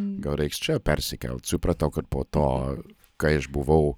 gal reiks čia persikelt supratau kad po to kai aš buvau